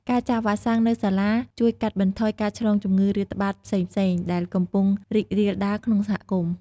ការចាក់វ៉ាក់សាំងនៅសាលាជួយកាត់បន្ថយការឆ្លងជំងឺរាតត្បាតផ្សេងៗ ដែលកំពុងរីករាលដាលក្នុងសហគមន៍។